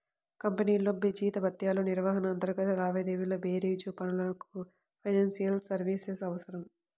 కంపెనీల్లో జీతభత్యాల నిర్వహణ, అంతర్గత లావాదేవీల బేరీజు పనులకు ఫైనాన్షియల్ సర్వీసెస్ అవసరం